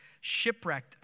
shipwrecked